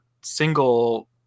single